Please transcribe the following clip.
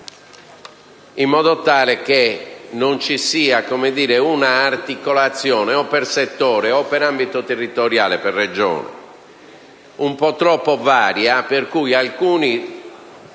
in modo tale che non ci sia una articolazione per settore o per ambito territoriale regionale un po' troppo varia, per cui alcune